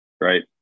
right